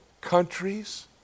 countries